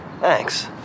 Thanks